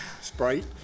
sprite